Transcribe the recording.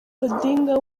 odinga